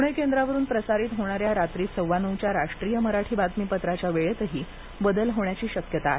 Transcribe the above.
पुणे केंद्रावरून प्रसारित होणाऱ्या रात्री सव्वा नऊच्या राष्ट्रीय मराठी बातमीपत्राच्या वेळेतही बदल होण्याची शक्यता आहे